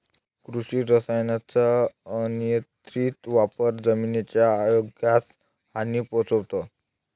कृषी रसायनांचा अनियंत्रित वापर जमिनीच्या आरोग्यास हानी पोहोचवतो